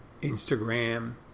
Instagram